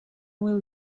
will